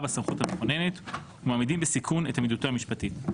בסמכות המכוננת ומעמידים בסיכון את עמידותו המשפטית,